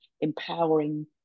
empowering